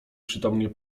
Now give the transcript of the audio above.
przytomnie